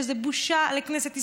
שזו בושה לכנסת ישראל,